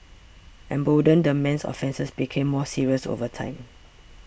emboldened the man's offences became more serious over time